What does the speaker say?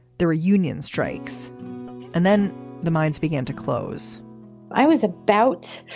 there were union strikes and then the mines began to close i was about,